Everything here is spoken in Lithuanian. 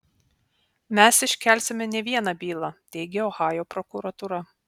mes iškelsime ne vieną bylą teigia ohajo prokuratūra